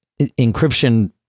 encryption